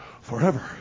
forever